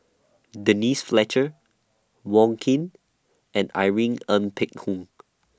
Denise Fletcher Wong Keen and Irene Ng Phek Hoong